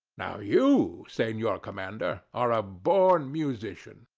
now you senor commander, are a born musician.